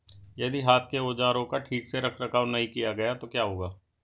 यदि हाथ के औजारों का ठीक से रखरखाव नहीं किया गया तो क्या होगा?